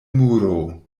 muro